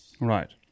right